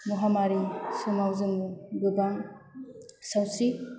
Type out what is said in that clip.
महामारि समाव जोङो गोबां सावस्रि